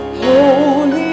holy